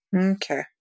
Okay